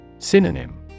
Synonym